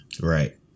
right